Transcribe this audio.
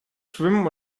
schwimmen